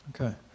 Okay